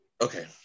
okay